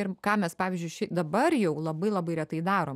ir ką mes pavyzdžiui šia dabar jau labai labai retai darom